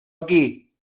aquí